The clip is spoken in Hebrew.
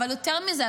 אבל יותר מזה,